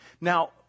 Now